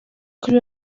kuri